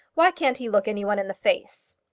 why can't he look any one in the face?